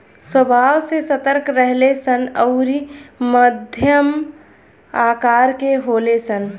स्वभाव से सतर्क रहेले सन अउरी मध्यम आकर के होले सन